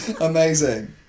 Amazing